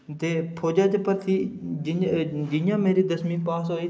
ते फौजा च भर्थी जि'यां जि'यां मेरी दसमीं पास होई